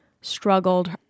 struggled